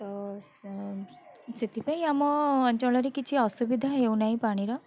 ତ ସେଥିପାଇଁ ଆମ ଅଞ୍ଚଳରେ କିଛି ଅସୁବିଧା ହେଉନାହିଁ ପାଣିର